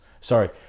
Sorry